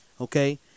okay